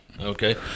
Okay